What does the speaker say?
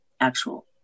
actual